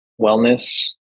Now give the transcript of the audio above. wellness